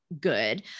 good